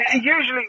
Usually